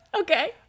Okay